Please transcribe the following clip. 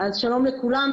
אז שלום לכולם.